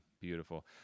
beautiful